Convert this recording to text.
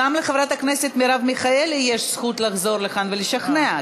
ואחר כך גם לחברת הכנסת מרב מיכאלי יש זכות לחזור לכאן ולשכנע,